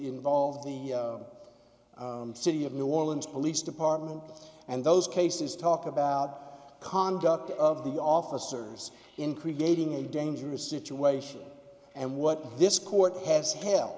involved the city of new orleans police department and those cases talk about conduct of the officers in creating a dangerous situation and what this court has hel